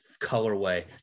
colorway